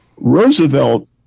Roosevelt